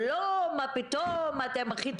לא נכונה וצריך להוריד את זה מסדר-היום.